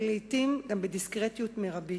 ולעתים גם בדיסקרטיות מרבית.